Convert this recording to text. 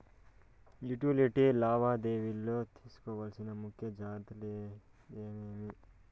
Utility లావాదేవీల లో తీసుకోవాల్సిన ముఖ్య జాగ్రత్తలు ఏమేమి?